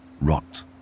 rot